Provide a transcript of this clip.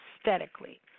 aesthetically